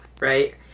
right